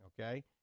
okay